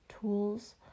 tools